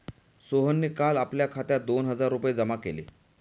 सोहनने काल आपल्या खात्यात दोन हजार रुपये जमा केले